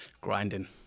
Grinding